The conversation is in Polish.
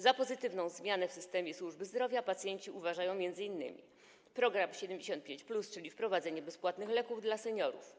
Za pozytywną zmianę w systemie służby zdrowia pacjenci uważają m.in. program 75+, czyli wprowadzenie bezpłatnych leków dla seniorów.